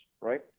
right